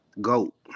goat